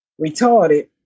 retarded